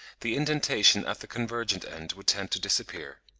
the indentation at the convergent end would tend to disappear.